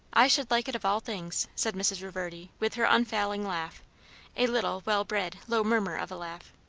i should like it of all things, said mrs. reverdy with her unfailing laugh a little, well-bred, low murmur of a laugh.